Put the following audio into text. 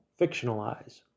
fictionalize